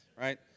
right